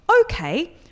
okay